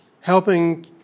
helping